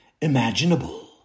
imaginable